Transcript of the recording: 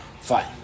Fine